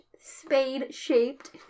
spade-shaped